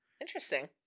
Interesting